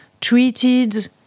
treated